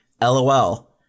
LOL